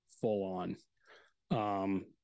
full-on